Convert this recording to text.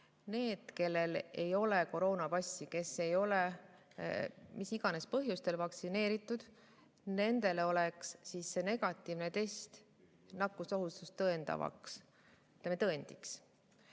Nendele, kellel ei ole koroonapassi ja kes ei ole mis iganes põhjusel vaktsineeritud, oleks see negatiivne test nakkusohutust tõendavaks tõendiks.